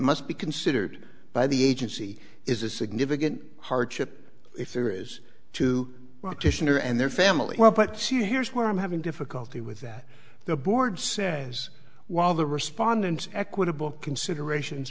must be considered by the agency is a significant hardship if there is to optician or and their family well but see here's where i'm having difficulty with that the board says while the respondents equitable considerations